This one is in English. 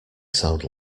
sound